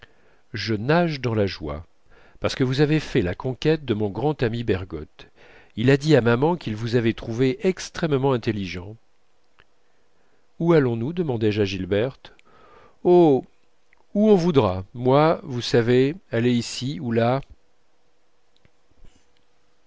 je nage dans la joie parce que vous avez fait la conquête de mon grand ami bergotte il a dit à maman qu'il vous avait trouvé extrêmement intelligent où allons-nous demandai-je à gilberte oh où on voudra moi vous savez aller ici ou là